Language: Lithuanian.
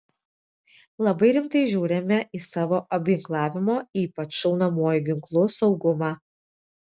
labai rimtai žiūrime į savo apginklavimo ypač šaunamuoju ginklu saugumą